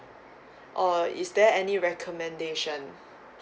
or is there any recommendation